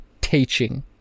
teaching